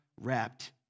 wrapped